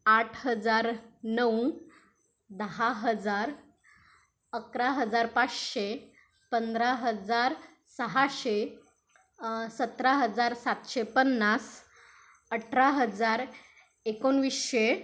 आठ हजार नऊ दहा हजार अकरा हजार पाचशे पंधरा हजार सहाशे सतरा हजार सातशे पन्नास अठरा हजार एकोणवीसशे